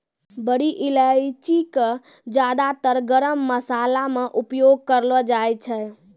बड़ी इलायची कॅ ज्यादातर गरम मशाला मॅ उपयोग करलो जाय छै